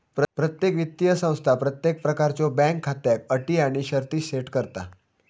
प्रत्येक वित्तीय संस्था प्रत्येक प्रकारच्यो बँक खात्याक अटी आणि शर्ती सेट करता